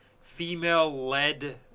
female-led